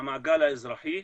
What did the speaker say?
המעגל האזרחי,